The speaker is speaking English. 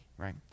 right